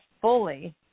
fully